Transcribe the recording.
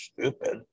stupid